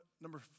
number